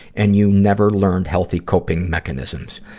and you never learned healthy coping mechanisms.